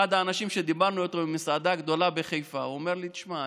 אחד האנשים שדיברנו איתו במסעדה גדולה בחיפה אמר לי: תשמע,